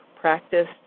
practice